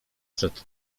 przed